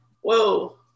whoa